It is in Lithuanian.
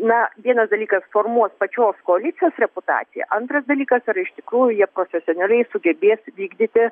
na vienas dalykas formuot pačios koalicijos reputaciją antras dalykas ar iš tikrųjų jie profesionaliai sugebės vykdyti